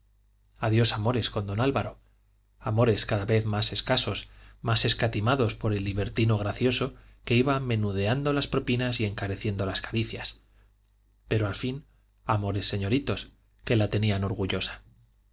adiós amores con don álvaro amores cada vez más escasos más escatimados por el libertino gracioso que iba menudeando las propinas y encareciendo las caricias pero al fin amores señoritos que la tenían orgullosa